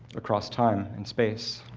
across time and space.